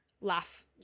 laugh